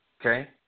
Okay